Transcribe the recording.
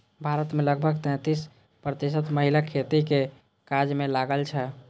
भारत मे लगभग तैंतीस प्रतिशत महिला खेतीक काज मे लागल छै